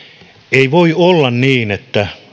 ei voi olla niin että